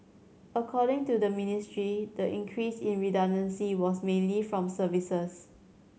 according to the Ministry the increase in redundancy was mainly from services